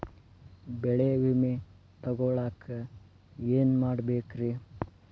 ಬೆಳೆ ವಿಮೆ ತಗೊಳಾಕ ಏನ್ ಮಾಡಬೇಕ್ರೇ?